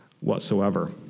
whatsoever